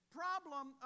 problem